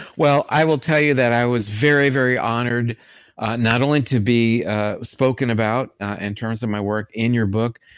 well, i will tell you that i was very, very honored not only to be spoken about in terms of my work in your book,